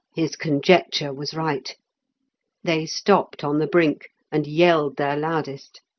his conjecture was right they stopped on the brink, and yelled their loudest.